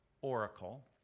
oracle